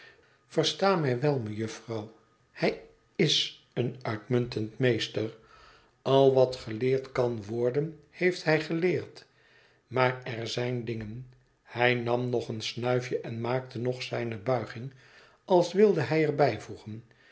versta mij wel mejufvrouw hij i s een uitmuntend meester al wat geleerd kan worden heeft hij geleerd maar er zijn dingen hij nam nog een snuifje en maakte nog eens zijne buiging als wilde hij er bijvoegen